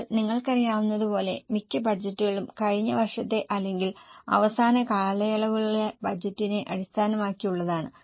ഇപ്പോൾ നിങ്ങൾക്കറിയാവുന്നതുപോലെ മിക്ക ബജറ്റുകളും കഴിഞ്ഞ വർഷത്തെ അല്ലെങ്കിൽ അവസാന കാലയളവുകളിലെ ബജറ്റിനെ അടിസ്ഥാനമാക്കിയുള്ളതാണ്